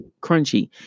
crunchy